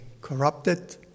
corrupted